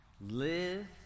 live